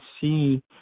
see